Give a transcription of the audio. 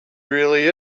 really